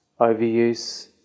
overuse